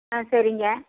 ஆ சரிங்க